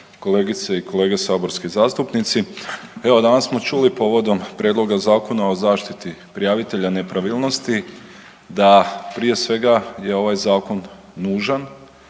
kolegice i kolege saborski zastupnici. Evo danas smo čuli povodom Prijedloga zakona o zaštiti prijavitelja nepravilnosti da prije svega je ovaj zakon nužan,